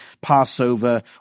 Passover